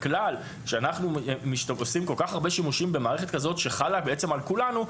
הכלל שאנחנו עושים כל כך הרבה שימושים במערכת כזאת שחלה בעצם על כולנו,